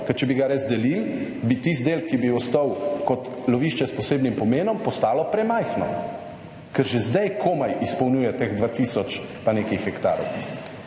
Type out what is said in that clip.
Ker, če bi ga razdelili, bi tisti del, ki bi ostal kot lovišče s posebnim pomenom, postalo premajhno, ker že zdaj komaj izpolnjuje teh 2 tisoč pa nekaj hektarov.